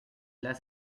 less